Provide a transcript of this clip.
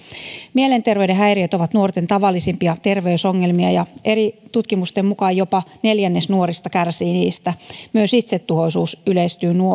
mielenterveyden häiriöt ovat nuorten tavallisimpia terveysongelmia ja eri tutkimusten mukaan jopa neljännes nuorista kärsii niistä myös itsetuhoisuus yleistyy